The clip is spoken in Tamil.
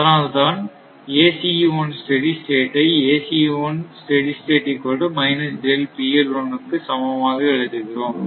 அதனால் தான் ஐ இக்கு சமமாக எழுதுகிறோம்